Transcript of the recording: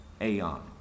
aeon